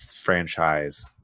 franchise